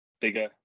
Bigger